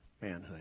manhood